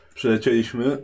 Przelecieliśmy